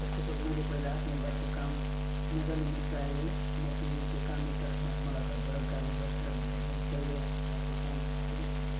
first of all मैले पहिला आफ्नो घरको काम मजाले निप्टायो किनकि त्यो काम निप्टाएको छैन भने मलाई घरबाट गाली गर्छ भनेर मैले पहिल्यै आफ्नो घरको काम सकेँ